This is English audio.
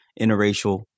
interracial